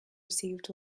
received